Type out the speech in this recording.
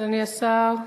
אדוני השר,